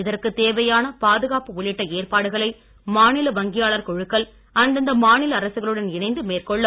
இதற்கு தேவையான பாதுகாப்பு உள்ளிட்ட ஏற்பாடுகளை மாநில வங்கியாளர் குழுக்கள் அந்தந்த மாநில அரசுகளுடன் இணைந்து மேற்கொள்ளும்